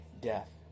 death